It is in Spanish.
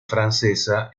francesa